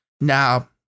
Now